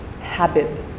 habit